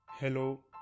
hello